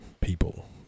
people